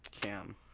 Cam